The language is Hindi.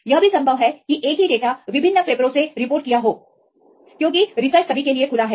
यह भी संभव है कि एक ही डेटा विभिन्न पेपरों से रिपोर्ट किया हो क्योंकि रिसर्च सभी के लिए खुला है